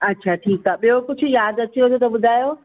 अच्छा ठीकु आहे ॿियो कुझु यादि अचेव त ॿुधायो